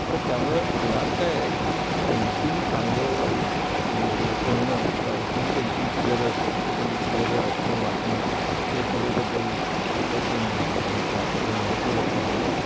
तर त्यामुळं मुळात काय आहे की पेंटिंग चांगलं वाईट वगैरे कळणं किंवा एकूण पेंटिंगची गरज चित्रकलेची गरज असणं वाटणं हे कलेबद्दल आकर्षण निर्माण किंवा त्याचं महत्त्व लक्षात येणं